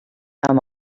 amb